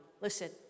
Listen